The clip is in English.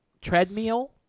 treadmill